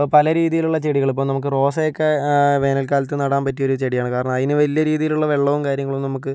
ഇപ്പോൾ പല രീതീലുള്ള ചെടികള് ഇപ്പോൾ നമുക്ക് റോസയൊക്കെ വേനൽക്കാലത്തു നടാൻ പറ്റിയൊരു ചെടിയാണ് കാരണം അതിന് വലിയ രീതിയിലുള്ള വെള്ളവും കാര്യങ്ങളൊന്നും നമുക്ക്